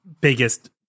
biggest